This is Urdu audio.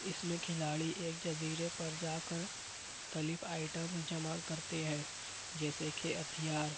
اس میں کھلاڑی ایک جزیرے پر جا کر مختلف آئٹم جمع کرتے ہیں جیسے کہ ہتھیار